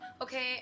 okay